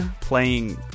playing